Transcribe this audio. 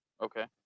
Okay